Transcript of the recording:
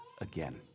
again